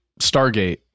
Stargate